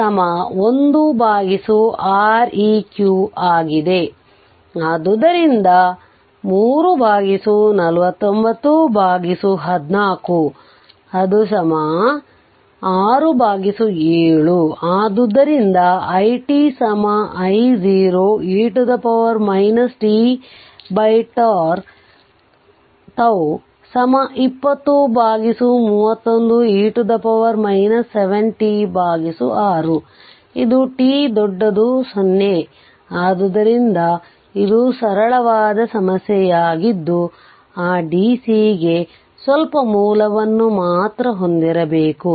ಆದ್ದರಿಂದ 34914 ಆದ್ದರಿಂದ τ6 7 ಸೆಕೆಂಡ್ ಆದ್ದರಿಂದ i t I0 e tτ 2031e 7t6 ಇದು t 0 ಗೆ ಆದರಿಂದ ಇದು ಸರಳವಾದ ಸಮಸ್ಯೆಯಾಗಿದ್ದು ಆ dc ಗೆ ಸ್ವಲ್ಪ ಮೂಲವನ್ನು ಮಾತ್ರ ಹೊಂದಿರಬೇಕು